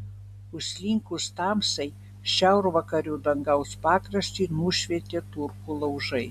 užslinkus tamsai šiaurvakarių dangaus pakraštį nušvietė turkų laužai